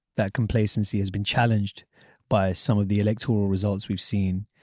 that complacency has been challenged by some of the electoral results we've seen,